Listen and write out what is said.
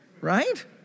Right